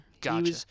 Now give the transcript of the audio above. Gotcha